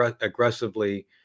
aggressively